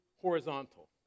horizontal